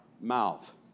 mouth